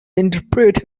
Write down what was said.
interpret